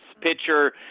pitcher